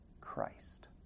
Christ